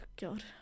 God